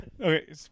Okay